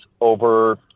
over